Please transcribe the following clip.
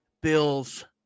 Bills